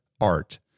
art